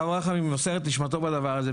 הרב רחמים מוסר את נשמתו בדבר הזה.